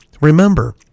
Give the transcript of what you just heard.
Remember